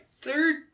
third